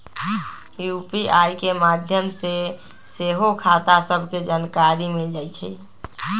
UPI के माध्यम से सेहो खता सभके जानकारी मिल जाइ छइ